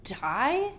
Die